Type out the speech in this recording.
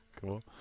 cool